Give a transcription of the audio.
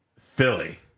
Philly